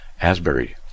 Asbury